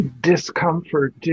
discomfort